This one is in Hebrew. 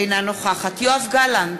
אינה נוכחת יואב גלנט,